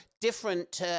different